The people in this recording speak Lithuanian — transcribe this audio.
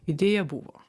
idėja buvo